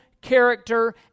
character